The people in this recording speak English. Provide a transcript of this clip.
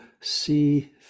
see